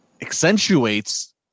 accentuates